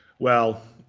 well,